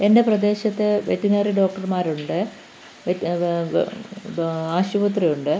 എൻ്റെ പ്രദേശത്ത് വെറ്റിനറി ഡോക്ടർമാരുണ്ട് ആശുപത്രിയുണ്ട്